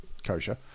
kosher